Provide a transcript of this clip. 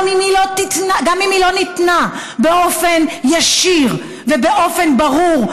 גם אם היא לא ניתנה באופן ישיר ובאופן ברור,